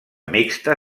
mixta